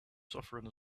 suffering